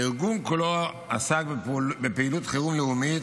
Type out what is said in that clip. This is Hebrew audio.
הארגון כולו עסק בפעילות חירום לאומית,